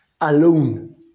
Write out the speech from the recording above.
alone